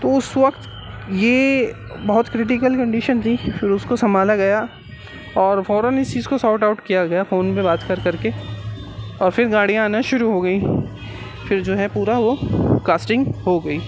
تو اس وقت یہ بہت کریٹکل کنڈیشن تھی پھر اس کو سنبھالا گیا اور فوراً اس چیز کو سارٹ آؤٹ کیا گیا فون پہ بات کر کر کے اور پھر گاڑیاں آنا شروع ہو گئیں پھر جو ہے پورا وہ کاسٹنگ ہو گئی